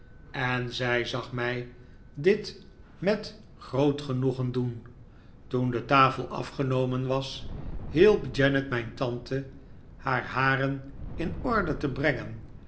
en zij zag mij dit met groot genoegen doen toen de tafel afgenomen was hielp janet mijn tante haar haren in orde te brengen